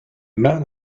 men